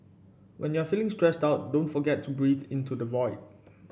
when you are feeling stressed out don't forget to breathe into the void